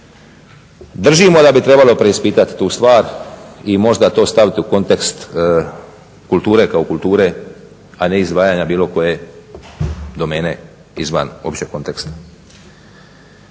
držimo da bi trebalo preispitati tu stvar i možda to staviti u kontekst kulture, kao kulture a ne izdvajanja bilo koje domene izvan općeg konteksta.